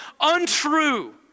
untrue